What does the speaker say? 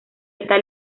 está